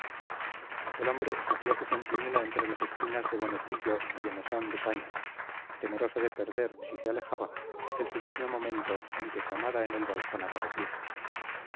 el hombre hacía su centinela entre las esquinas del bonetillo y de mesón de paños temeroso de perder si se alejaba el sublime momento en que su amada en el balcón apareciese